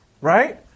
right